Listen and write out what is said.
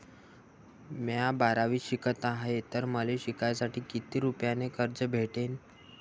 म्या बारावीत शिकत हाय तर मले शिकासाठी किती रुपयान कर्ज भेटन?